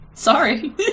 sorry